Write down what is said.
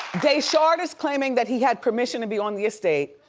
daeshard is claiming that he had permission to be on the estate.